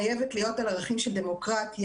חייבת להיות על ערכים של דמוקרטיה.